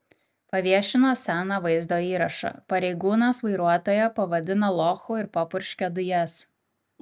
paviešino seną vaizdo įrašą pareigūnas vairuotoją pavadina lochu ir papurškia dujas